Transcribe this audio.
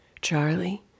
Charlie